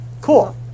Cool